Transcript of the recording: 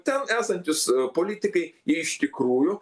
ten esantys politikai iš tikrųjų